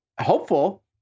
hopeful